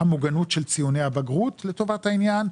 המוגנות של ציוני הבגרות לטובת העניין,